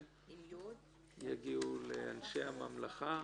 לכשיגיעו, לאנשי הממלכה,